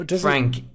Frank